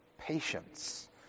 Patience